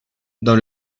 dans